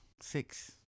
six